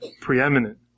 preeminent